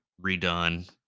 redone